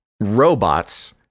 robots